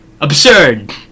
absurd